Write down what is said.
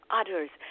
others